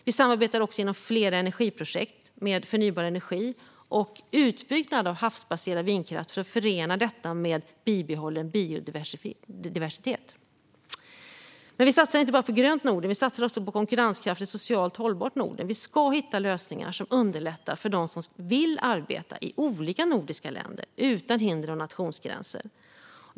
Vi samarbetar också inom flera energiprojekt med förnybar energi och utbyggnad av havsbaserad vindkraft för att förena detta med bibehållen biodiversitet. Vi satsar inte bara på ett grönt Norden. Vi satsar också på ett konkurrenskraftigt och socialt hållbart Norden. Vi ska hitta lösningar som underlättar för dem som vill arbeta i olika nordiska länder utan hinder av nationsgränser.